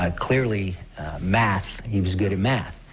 um clearly math, he's good at math.